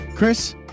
Chris